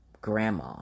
Grandma